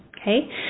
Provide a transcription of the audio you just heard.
Okay